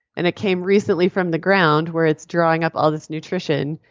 and it came recently from the ground where it's drawing up all this nutrition,